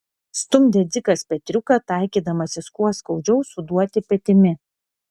stumdė dzikas petriuką taikydamasis kuo skaudžiau suduoti petimi